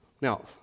Now